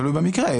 תלוי במקרה.